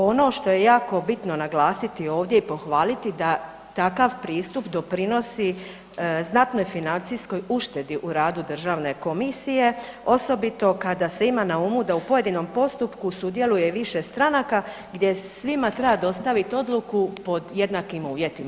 Ono što je jako bitno naglasiti ovdje i pohvaliti da takav pristup doprinosi znatnoj financijskoj uštedi u radu državne komisije osobito kada se ima na umu da u pojedinom postupku sudjeluje više stranaka gdje svima treba dostaviti odluku pod jednakim uvjetima.